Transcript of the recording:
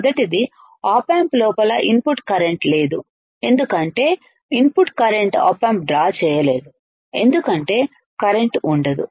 మొదటిది op amp లోపల input current లేదు ఎందుకంటే input current op amp draw చేయలేదు ఎందుకంటే కరెంట్ ఉండదు